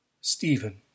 Stephen